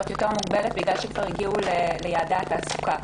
יותר מוגבלת בגלל שכבר הגיעו ליעדי התעסוקה.